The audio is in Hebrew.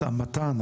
התאמתן,